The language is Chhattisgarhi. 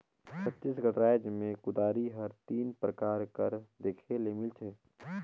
छत्तीसगढ़ राएज मे कुदारी हर तीन परकार कर देखे ले मिलथे